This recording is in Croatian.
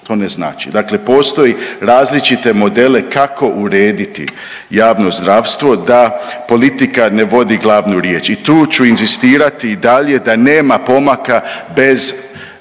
To ne znači. Dakle, postoje različiti modeli kako urediti javno zdravstvo da politika ne vodi glavnu riječ i tu ću inzistirati i dalje da nema pomaka bez